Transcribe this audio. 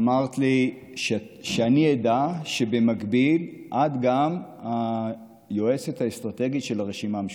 אמרת לי שאני אדע שבמקביל את גם היועצת האסטרטגית של הרשימה המשותפת.